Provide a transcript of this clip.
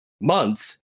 months